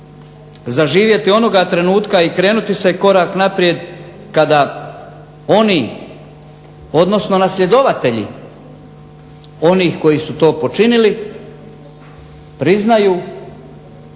zaživjeti onoga trenutka i okrenuti se korak naprijed kada oni, odnosno nasljedovatelji onih koji su to počinili priznaju